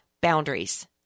boundaries